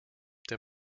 der